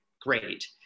great